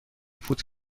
put